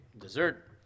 Dessert